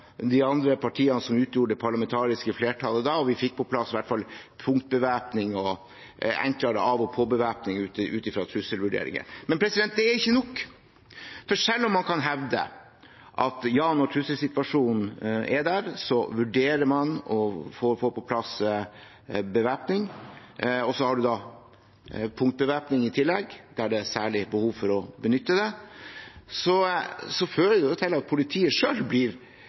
de andre partiene som utgjorde det parlamentariske flertallet da, og vi fikk på plass i hvert fall punktbevæpning og enklere av-og-på-bevæpning ut fra trusselvurderinger. Men det er ikke nok. For selv om man kan hevde at når trusselsituasjonen er der, vurderer man å få på plass bevæpning, og man i tillegg har punktbevæpning der det er et særlig behov for å benytte det, fører dette til at det er ulike regler som gjelder til ulik tid, og det gjør at også politiet blir